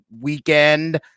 Weekend